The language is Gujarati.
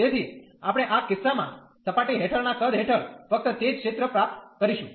તેથી આપણે આ કિસ્સામાં સપાટી હેઠળના કદ હેઠળ ફક્ત તે જ ક્ષેત્ર પ્રાપ્ત કરીશું